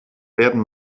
werden